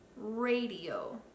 Radio